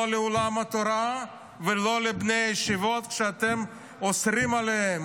לא לעולם התורה ולא לבני הישיבות כשאתם אוסרים עליהם,